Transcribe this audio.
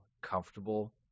comfortable